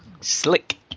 Slick